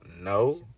No